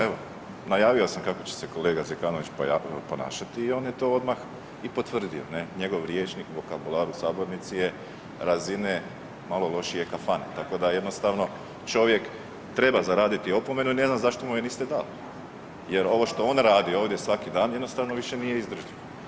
Evo najavio sam kako će se kolega Zekanović ponašati i on je to odmah i potvrdio, njegov rječnik, vokabular u sabornici je razine molo lošije kafane, tako da jednostavno čovjek treba zaraditi opomenu i ne znam zašto mu je niste dali jer ovo što on radi ovdje svaki dan jednostavno više nije izdržljivo.